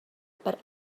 per